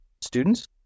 students